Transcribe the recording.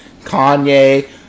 Kanye